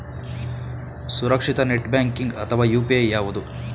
ಸುರಕ್ಷಿತ net banking ಅಥವಾ UPI ಯಾವುದು?